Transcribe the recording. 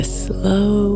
slow